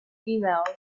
females